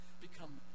become